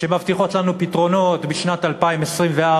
שמבטיחות לנו פתרונות בשנת 2024,